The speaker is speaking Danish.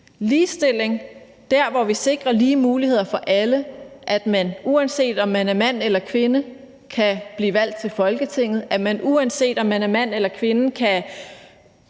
Ligestilling er, når vi sikrer lige muligheder for alle, at man, uanset om man er mand eller kvinde, kan blive valgt til Folketinget, at man, uanset om man er mand eller kvinde, kan